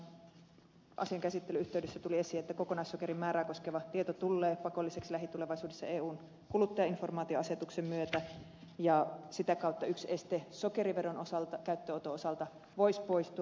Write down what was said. asian käsittelyn yhteydessä tuli esiin että kokonaissokerin määrää koskeva tieto tullee pakolliseksi lähitulevaisuudessa eun kuluttajainformaatioasetuksen myötä ja sitä kautta yksi este sokeriveron käyttöönoton osalta voisi poistua